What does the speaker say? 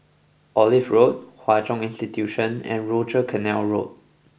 Olive Road Hwa Chong Institution and Rochor Canal Road